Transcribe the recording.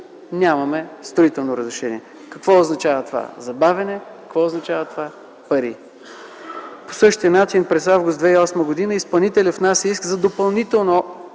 нямаме строително разрешение! Какво означава това? Забавяне! Какво означава това? Пари! По същия начин през август 2008 г. изпълнителят искаше следващо удължаване